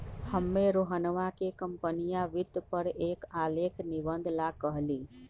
हम्मे रोहनवा के कंपनीया वित्त पर एक आलेख निबंध ला कहली